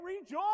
rejoice